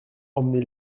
emmenez